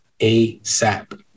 ASAP